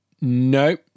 No